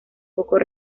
pocos